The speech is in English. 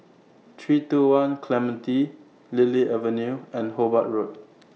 three two one Clementi Lily Avenue and Hobart Road